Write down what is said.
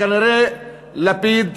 וכנראה לפיד,